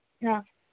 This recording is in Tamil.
ஆ